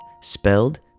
Spelled